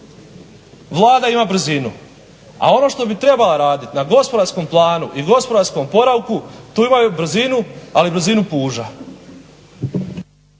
Vlada ima brzinu a ono što bi trebala raditi na gospodarskom planu i gospodarskom oporavku tu imaju brzinu, ali brzinu puža.